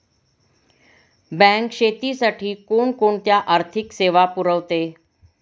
Bank शेतीसाठी कोणकोणत्या आर्थिक सेवा पुरवते?